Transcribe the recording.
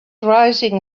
rising